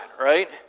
right